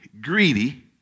greedy